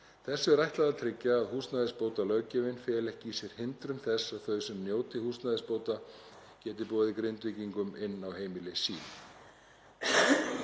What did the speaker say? Þessu er ætlað að tryggja að húsnæðisbótalöggjöfin feli ekki í sér hindrun þess að þau sem njóti húsnæðisbóta geti boðið Grindvíkingum inn á heimili sín.